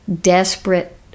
desperate